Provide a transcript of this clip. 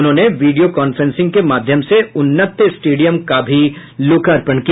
उन्होंने video conferencing के माध्यम से उन्नत स्टेडियम का भी लोकार्पण किया